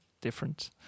different